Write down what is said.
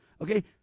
Okay